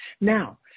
Now